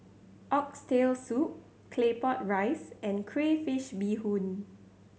Oxtail Soup Claypot Rice and crayfish beehoon